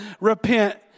repent